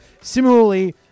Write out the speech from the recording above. Similarly